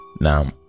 now